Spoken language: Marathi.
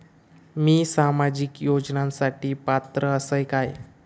मी सामाजिक योजनांसाठी पात्र असय काय?